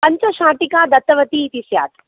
पञ्चशाटिकाः दत्तवती इति स्यात्